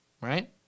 right